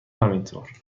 همینطور